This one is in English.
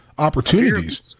opportunities